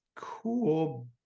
cool